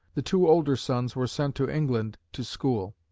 the two older sons were sent to england to school.